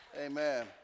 Amen